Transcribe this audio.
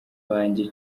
wanjye